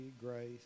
grace